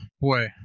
Boy